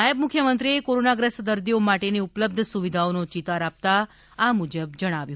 નાયબ મુખ્યમંત્રીએ કોરોનાગ્રસ્ત દર્દીઓ માટેની ઉપલબ્ધ સુવિધાઓનો ચિતાર આપતા આ મુજબ જણાવ્યું